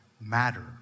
matter